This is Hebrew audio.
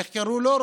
איך קראו לו?